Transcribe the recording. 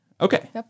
Okay